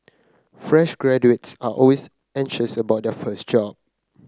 fresh graduates are always anxious about their first job